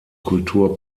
kultur